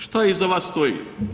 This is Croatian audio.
Šta iza vas stoji?